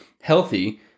healthy